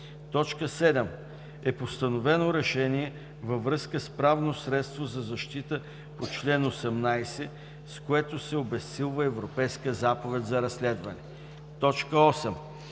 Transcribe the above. съюз; 7. е постановено решение във връзка с правно средство за защита по чл. 18, с което се обезсилва Европейската заповед за разследване; 8.